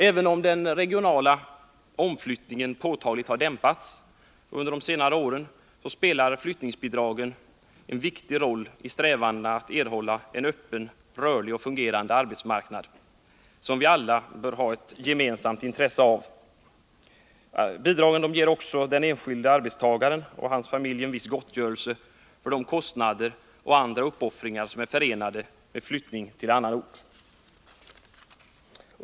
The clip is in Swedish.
Även om den regionala omflyttningen påtagligt dämpats under senare år, spelar flyttningsbidragen en viktig roll i strävandena att erhålla en öppen, rörlig och fungerande arbetsmarknad, som vi alla har ett gemensamt intresse av. Bidragen ger också den enskilde arbetstagaren och hans familj en viss gottgörelse för de kostnader och andra uppoffringar som är förenade med flyttning till annan ort.